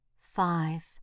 Five